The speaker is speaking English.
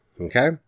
Okay